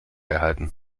erhalten